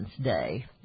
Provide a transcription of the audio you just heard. Day